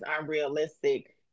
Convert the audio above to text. unrealistic